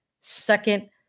second